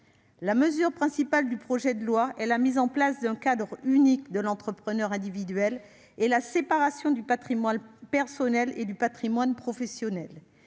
La mesure principale de ce projet de loi est la mise en place d'un statut unique de l'entrepreneur individuel et la séparation du patrimoine personnel et du patrimoine professionnel.